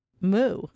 moo